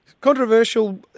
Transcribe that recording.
Controversial